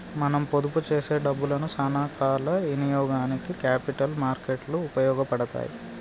మనం పొదుపు చేసే డబ్బులను సానా కాల ఇనియోగానికి క్యాపిటల్ మార్కెట్ లు ఉపయోగపడతాయి